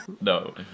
No